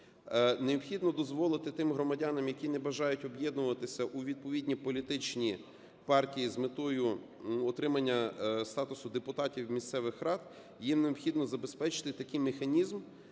необхідно дозволити тим громадянам, які не бажають об'єднуватися у відповідні політичні партії з метою отримання статусу депутатів місцевих рад, їм необхідно забезпечити такий механізм,